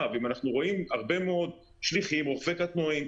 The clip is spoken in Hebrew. לכן לא יכול להיות שאנחנו לא נוריד מיסים על ציוד המגן.